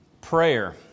Prayer